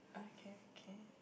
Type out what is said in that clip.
okay okay